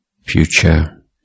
Future